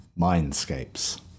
Mindscapes